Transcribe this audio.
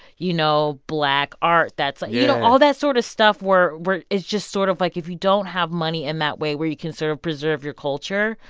you know, black art that's like. yeah. you know, all that sort of stuff where we're it's just sort of like, if you don't have money in that way where you can sort of preserve your culture.